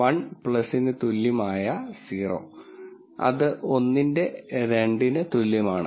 1 തുല്യമായ 0 അത് 1 ന്റെ 2 ന് തുല്യമാണ്